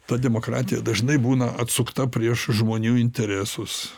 ta demokratija dažnai būna atsukta prieš žmonių interesus